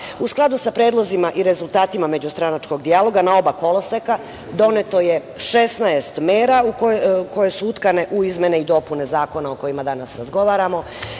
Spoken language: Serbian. skladu sa predlozima i rezultatima međustranačkog dijaloga na oba koloseka doneto je 16 mera koje su utkane u izmene i dopune zakona o kojima danas razgovaramo,